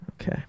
Okay